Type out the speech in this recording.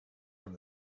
from